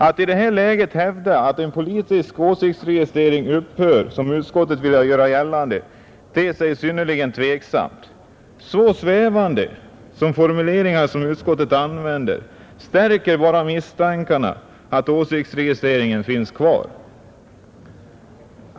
Att i det här läget hävda att en politisk åsiktsregistrering upphört, som utskottet vill göra gällande, ter sig synnerligen tveksamt. De svävande formuleringar som utskottet använder stärker bara misstankarna att åsiktsregistreringen finns kvar.